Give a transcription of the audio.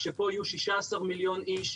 כשיהיו פה 16 מיליון איש.